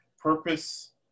purpose